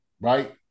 right